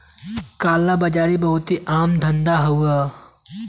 काला बाजारी बहुते आम धंधा हउवे